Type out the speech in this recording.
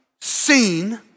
seen